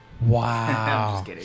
Wow